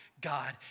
God